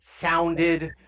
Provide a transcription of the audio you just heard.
sounded